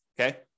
okay